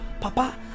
Papa